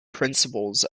principles